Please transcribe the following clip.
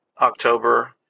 October